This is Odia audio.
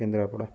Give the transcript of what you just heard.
କେନ୍ଦ୍ରାପଡ଼ା